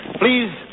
Please